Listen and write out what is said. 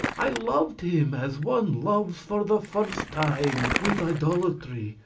i loved him as one loves for the first time with idolatry,